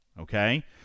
Okay